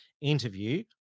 interview